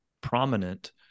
prominent